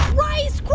rice quake